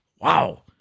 Wow